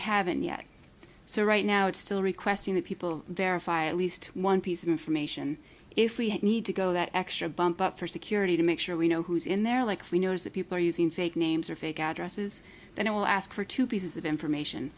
haven't yet so right now it's still requesting that people verify at least one piece of information if we need to go that extra bump up for security to make sure we know who's in there like we notice that people are using fake names or fake addresses and i will ask for two pieces of information